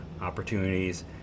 opportunities